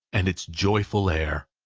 and its joyful air.